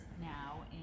now